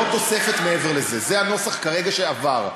לא תוספת מעבר לזה, זה הנוסח כרגע שעבר.